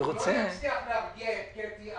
הוא לא מצליח להרגיע את קטי.